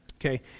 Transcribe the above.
Okay